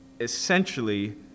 essentially